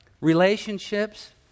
relationships